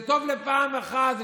זה טוב לפעם אחת,